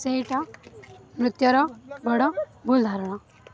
ସେଇଟା ନୃତ୍ୟର ବଡ଼ ଭୁଲ୍ ଧାରଣା